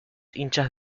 hinchas